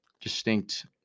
distinct